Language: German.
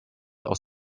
aus